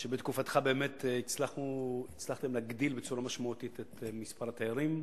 שבתקופתך הצלחתם להגדיל בצורה משמעותית את מספר התיירים.